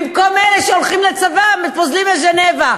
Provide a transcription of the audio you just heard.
במקום לאלה שהולכים לצבא, פוזלים לז'נבה.